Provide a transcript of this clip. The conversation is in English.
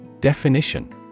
Definition